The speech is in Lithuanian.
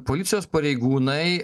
policijos pareigūnai